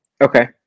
Okay